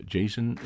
Jason